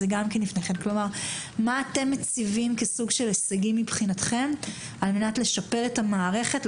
מה אתם מציבים כסוג של הישגים מבחינתכם על מנת לשפר את המערכת?